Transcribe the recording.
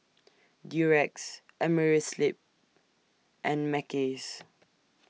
Durex Amerisleep and Mackays